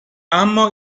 اما